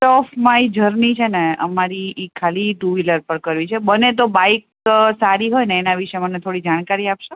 of my journey છે ને અમારી એ ખાલી ટુ વ્હીલર પર કરવી છે બને તો બાઇક સારી હોય ને એના વિશે મને થોડી જાણકારી આપશો